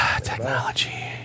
Technology